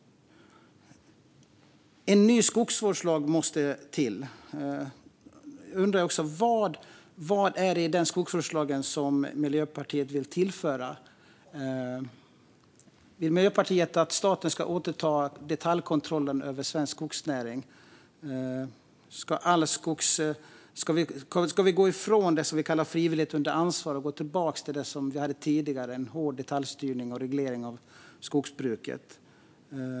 En ny skogsvårdslag måste till, säger Maria Gardfjell vidare. Vad är det som Miljöpartiet vill tillföra i den skogsvårdslagen? Vill Miljöpartiet att staten ska återta detaljkontrollen över svensk skogsnäring? Ska vi gå ifrån det vi kallar frivillighet under ansvar och gå tillbaka till det vi hade tidigare, en hård detaljstyrning och reglering av skogsbruket?